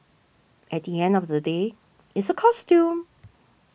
at the end of the day it's a costume